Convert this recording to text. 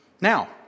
Now